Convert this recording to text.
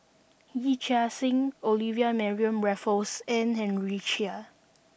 Yee Chia Hsing Olivia Mariamne Raffles and Henry Chia